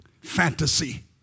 fantasy